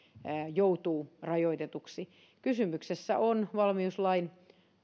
joutuu rajoitetuksi kysymyksessä on valmiuslain